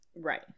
Right